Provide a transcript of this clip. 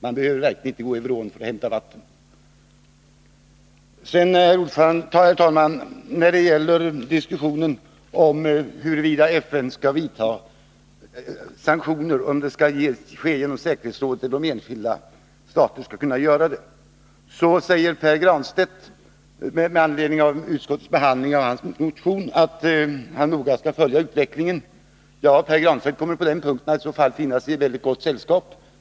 Man behöver verkligen inte gå över ån för att hämta vatten. I diskussionen huruvida FN skall vidta sanktioner genom säkerhetsrådet eller om enskilda stater skall kunna göra det säger Pär Granstedt med anledning av utskottets behandling av hans motion att han noga skall följa utvecklingen. Ja, Pär Granstedt kommer på den punkten att befinna sig i väldigt gott sällskap.